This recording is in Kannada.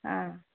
ಹಾಂ